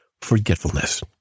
forgetfulness